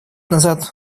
назад